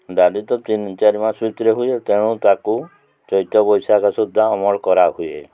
ଡାଲି ତ ତିନି ଚାରି ମାସ ଭିତରେ ହୁଏ ତେଣୁ ତାକୁ ଚୈତ୍ର ବୈଶାଖ ସୁଦ୍ଧା ଅମଳ କରା ହୁଏ